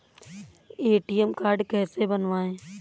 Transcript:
ATM card कैसे बनवाएँ?